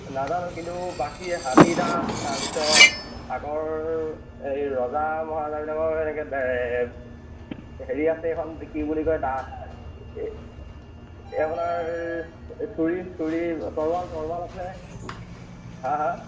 নাজানো কিন্তু বাকী হাতী দাঁত তাৰপিছত আগৰ এই ৰজা মহাৰজাবিলাকৰ এনেকে হেৰি আছে এইখন কি বুলি কয় এ আপোনাৰ চুৰি চুৰি তৰোৱাল তৰোৱাল আছে হা হা